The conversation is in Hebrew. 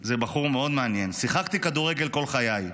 זה בחור מאוד מעניין, שיחקתי כדורגל כל חיי,